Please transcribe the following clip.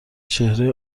چهره